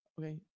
okay